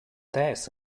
death